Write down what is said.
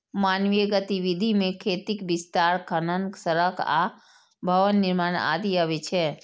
मानवीय गतिविधि मे खेतीक विस्तार, खनन, सड़क आ भवन निर्माण आदि अबै छै